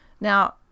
Now